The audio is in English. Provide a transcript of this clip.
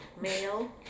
male